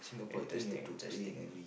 interesting interesting